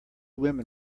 women